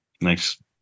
nice